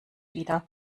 wieder